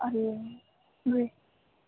अड़े रे